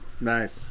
Nice